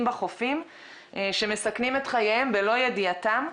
בחופים שמסכנים את חייהם בלא ידיעתם.